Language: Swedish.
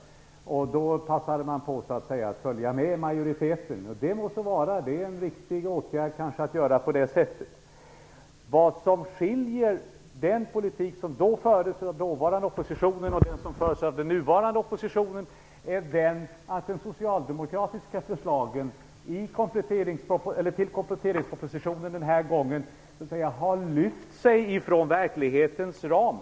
Således passade man på att följa majoriteten, och det må så vara. Det är kanske en riktig åtgärd att göra på det sättet. Vad som skiljer när det gäller den politik som då fördes av den dåvarande oppositionen och den politik som förs av den nuvarande oppositionen är att de socialdemokratiska förslagen med anledning av kompletteringspropositionen den här gången så att säga har lyft sig från verklighetens ram.